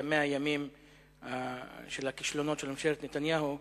100 הימים של הכישלונות של ממשלת נתניהו,